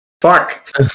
fuck